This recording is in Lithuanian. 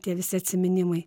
tie visi atsiminimai